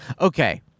Okay